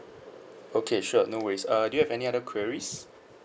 okay sure no worries uh do you have any other queries